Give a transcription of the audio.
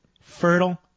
fertile